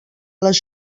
les